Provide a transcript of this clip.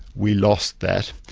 we lost that,